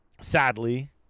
sadly